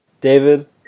David